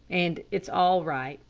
and it's all right.